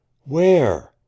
Where